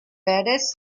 verdes